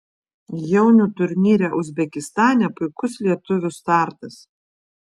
jaunių turnyre uzbekistane puikus lietuvių startas